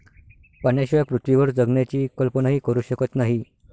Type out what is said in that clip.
पाण्याशिवाय पृथ्वीवर जगण्याची कल्पनाही करू शकत नाही